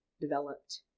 developed